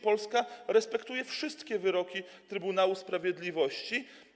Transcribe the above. Polska respektuje wszystkie wyroki Trybunału Sprawiedliwości.